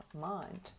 mind